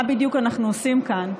מה בדיוק אנחנו עושים כאן,